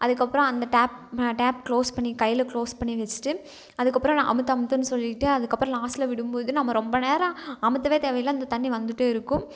அதுக்கப்பறோம் அந்த tap tap close பண்ணி கையில க்ளோஸ் பண்ணி வச்சிகிட்டு அதுக்கப்பறம் நான் அழுத்து அழுத்துன்னு சொல்லிட்டு அதுக்கப்பறம் லாஸ்ட்ல விடும்போது நம்ம ரொம்ப நேரம் அழுத்தவே தேவயில்ல அந்த தண்ணி வந்துகிட்டே இருக்கும்